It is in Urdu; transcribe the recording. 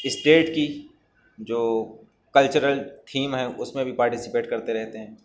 اسٹیٹ کی جو کلچرل تھیم ہے اس میں بھی پارٹیسپیٹ کرتے رہتے ہیں